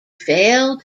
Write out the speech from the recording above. failed